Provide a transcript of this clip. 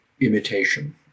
imitation